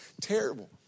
terrible